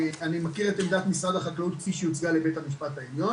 אני מכיר את עמדת משרד החקלאות כפי שהיא הוצגה לבית המשפט העליון